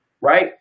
right